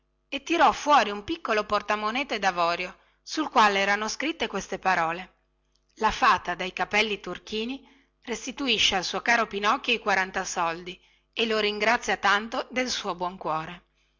e tirò fuori un piccolo portamonete davorio sul quale erano scritte queste parole la fata dai capelli turchini restituisce al suo caro pinocchio i quaranta soldi e lo ringrazia tanto del suo buon cuore